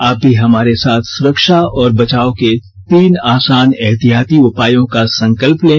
आप भी हमारे साथ सुरक्षा और बचाव के तीन आसान एहतियाती उपायों का संकल्प लें